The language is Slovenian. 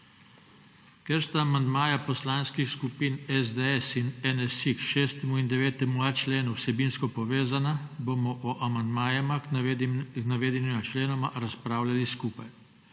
Ker sta amandmaja poslanskih skupin SDS in NSi k 6. in 9.a členu vsebinsko povezana, bomo o amandmajih k navedenima členoma razpravljali skupaj.